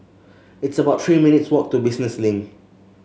it's about Three minutes' walk to Business Link